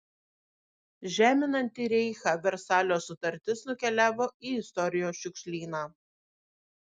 žeminanti reichą versalio sutartis nukeliavo į istorijos šiukšlyną